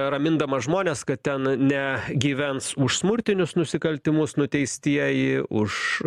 ramindama žmones kad ten ne gyvens už smurtinius nusikaltimus nuteistieji už